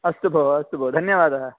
अस्तु भो अस्तु भो धन्यवादः